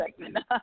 segment